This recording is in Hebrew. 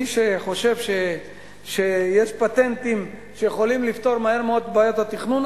מי שחושב שיש פטנטים שיכולים לפתור מהר מאוד את בעיות התכנון,